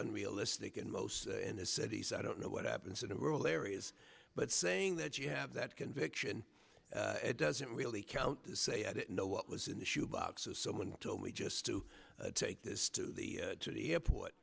unrealistic and most said he said i don't know what happens in the rural areas but saying that you have that conviction it doesn't really count say i didn't know what was in the shoe boxes someone told me just to take this to the to the airport